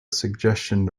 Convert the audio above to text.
suggestion